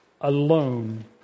alone